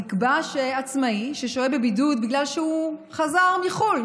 נקבע שעצמאי ששוהה בבידוד בגלל שחזר מחו"ל,